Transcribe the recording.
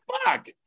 fuck